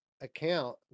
account